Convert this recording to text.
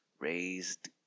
Raised